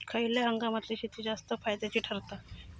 खयल्या हंगामातली शेती जास्त फायद्याची ठरता?